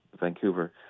Vancouver